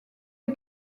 est